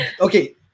Okay